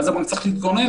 ואז הבנק צריך להתגונן,